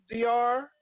DR